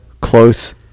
close